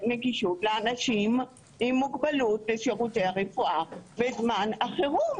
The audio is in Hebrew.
נגישות לאנשים עם מוגבלות לשירותי הרפואה בזמן החירום.